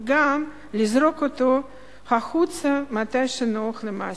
וגם לזרוק אותו החוצה מתי שנוח למעסיק.